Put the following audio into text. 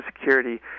security